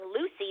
Lucy